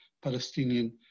Palestinian